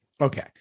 Okay